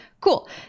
Cool